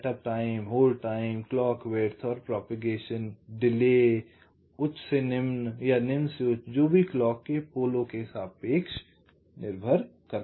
setup समय hold समय clock की चौड़ाई और प्रचार देरी उच्च से निम्न या निम्न से उच्च जो भी क्लॉक के पोलो के सापेक्ष निर्भर करता है